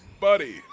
buddy